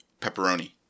pepperoni